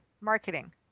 marketing